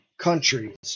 countries